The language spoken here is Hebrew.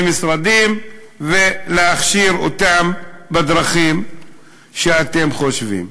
משרדים ולהכשיר אותם בדרכים שאתם חושבים.